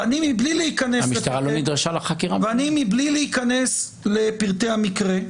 ואני, בלי להיכנס לפרטי המקרה,